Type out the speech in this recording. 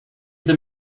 them